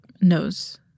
knows